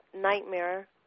nightmare